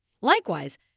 Likewise